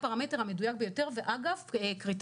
שונים ומקובלים,